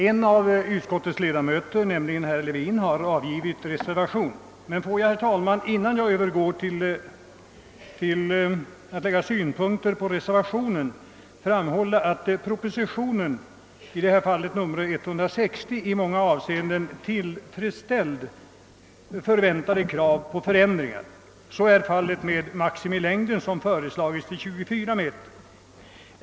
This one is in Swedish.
En av utskottets ledamöter, herr Levin, har avgivit en reservation, men innan jag framlägger synpunkter på denna ber jag, herr talman, att få framhålla att propositionen nr 160 i många avseenden tillfredsställt förväntade krav på förändringar. Så är fallet beträffande maximilängden som föreslagits till 24 m.